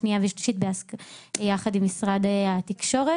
שנייה ושלישית יחד עם משרד התקשורת,